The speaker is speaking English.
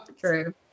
True